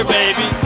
baby